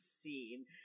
scene